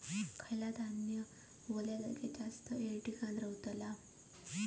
खयला धान्य वल्या जागेत जास्त येळ टिकान रवतला?